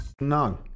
No